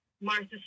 Martha